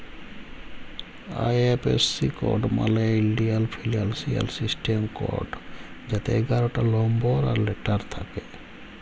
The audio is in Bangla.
আই.এফ.এস.সি কড মালে ইলডিয়াল ফিলালসিয়াল সিস্টেম কড যাতে এগারটা লম্বর আর লেটার থ্যাকে